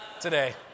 today